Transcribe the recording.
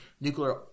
nuclear